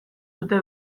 dute